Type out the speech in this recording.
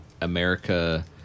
America